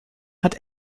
hat